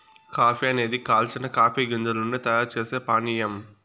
coffee అనేది కాల్చిన coffee గింజల నుండి తయారు చేసే పానీయం